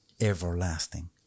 everlasting